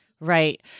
Right